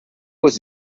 was